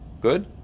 Good